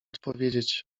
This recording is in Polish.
odpowiedzieć